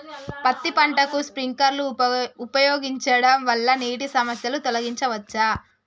పత్తి పంటకు స్ప్రింక్లర్లు ఉపయోగించడం వల్ల నీటి సమస్యను తొలగించవచ్చా?